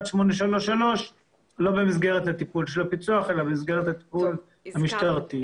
833 זה לא במסגרת הטיפול של הפיצו"ח אלא במסגרת הטיפול המשטרתי.